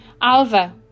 Alva